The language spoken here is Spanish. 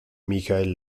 michael